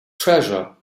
treasure